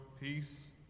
peace